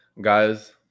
guys